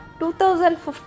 2015